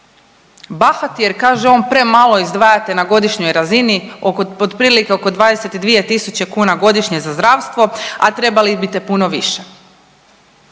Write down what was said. bahati jer kaže on premalo izdvajate na godišnjoj razni otprilike oko 22 tisuća godišnje za zdravstvo, a trebali bite puno više.